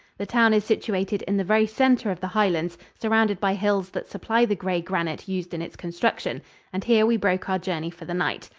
the town is situated in the very center of the highlands, surrounded by hills that supply the gray granite used in its construction and here we broke our journey for the night.